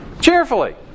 Cheerfully